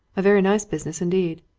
a very nice business indeed!